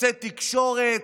עושה תקשורת,